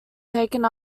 taken